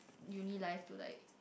uni life to like